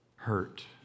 Hurt